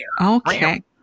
Okay